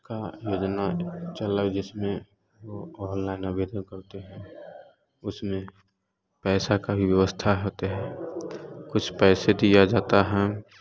उसका योजना चल रहा है जिसमें वो ऑललाइन आवेदन करते हैं उसमें पैसा की भी व्यवस्था होती है कुछ पैसे दिये जाते हें